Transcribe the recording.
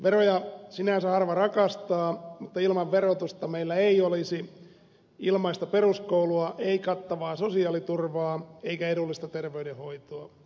veroja sinänsä harva rakastaa mutta ilman verotusta meillä ei olisi ilmaista peruskoulua ei kattavaa sosiaaliturvaa eikä edullista terveydenhoitoa